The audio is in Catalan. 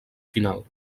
final